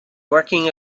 working